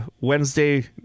Wednesday